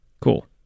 Cool